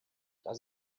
das